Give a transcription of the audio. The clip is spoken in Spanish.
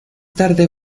tarde